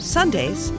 Sundays